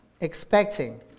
expecting